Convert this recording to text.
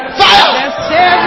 fire